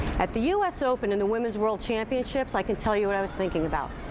at the us open and the women's world championships i can tell you what i was thinking about.